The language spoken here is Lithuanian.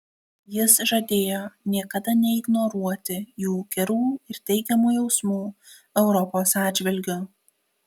jis žadėjo niekada neignoruoti jų gerų ir teigiamų jausmų europos atžvilgiu